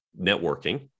networking